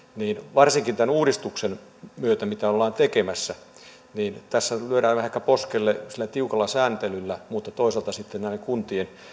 varsinkin tämän uudistuksen myötä mitä ollaan tekemässä tässä lyödään vähän ehkä poskelle sillä tiukalla sääntelyllä mutta toisaalta kuntien